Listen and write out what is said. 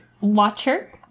Watcher